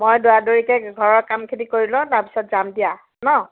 মই দৌৰাদৌৰিকৈ ঘৰৰ কামখিনি কৰি লওঁ তাৰপিছত যাম দিয়া ন